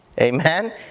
Amen